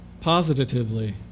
positively